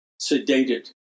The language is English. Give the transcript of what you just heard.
sedated